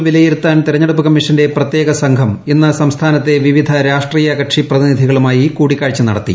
തമിഴ്നാട്ടിലെ വിലയിരുത്താൻ തിരഞ്ഞെടുപ്പ് കമ്മീഷന്റെ പ്രത്യേക സംഘം ഇന്ന് സംസ്ഥാനത്തെ വിവിധ രാഷ്ട്രീയ കക്ഷി പ്രതിനിധികളുമായി കൂടിക്കാഴ്ച നടത്തി